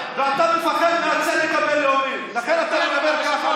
ואתה מפחד מהצדק הבין-לאומי, לכן אתה מדבר ככה.